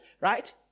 right